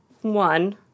One